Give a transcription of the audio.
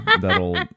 that'll